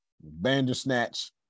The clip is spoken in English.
bandersnatch